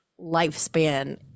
lifespan